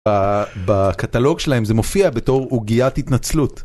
בקטלוג שלהם זה מופיע בתור עוגיית התנצלות.